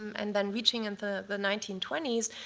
and then reaching into the nineteen twenty s,